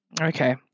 Okay